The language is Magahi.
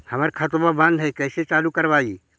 हमर खतवा बंद है कैसे चालु करवाई?